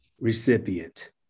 recipient